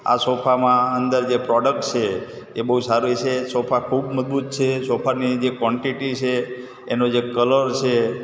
આ સોફામાં અંદર જે પ્રોડક્ટ છે એ બહુ સારી છે સોફા ખૂબ મજબૂત છે સોફાની જે ક્વૉન્ટિટી છે એનો જે કલર છે